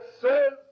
says